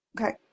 Okay